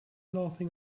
laughing